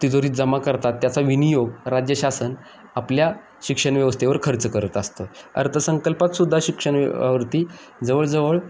तिजोरीत जमा करतात त्याचा विनियोग राज्य शासन आपल्या शिक्षणव्यवस्थेवर खर्च करत असतं अर्थसंकल्पातसुद्धा शिक्षण व्यवती जवळजवळ